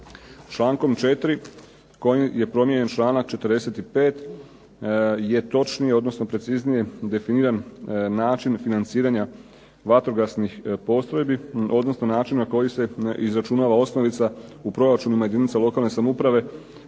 Člankom 4. koji je promijenjen članak 45. je točnije preciznije definiran način financiranja vatrogasnih postrojbi odnosno način na koji se izračunava osnovica u proračunima jedinica lokalne samouprave